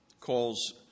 calls